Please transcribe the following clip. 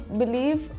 believe